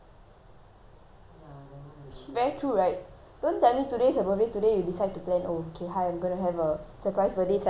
which is very true right don't tell me today's her birthday today you decide to plan oh okay hi I'm going to have a surprise birthday celebration for you ridiculous [what]